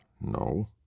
No